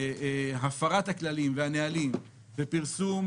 בהפרת הכללים והנהלים ופרסום